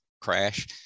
crash